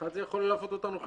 יכול ללוות אותנו חלקית.